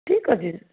ଠିକ୍ ଅଛି